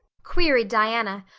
queried diana,